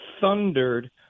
thundered